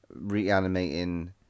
reanimating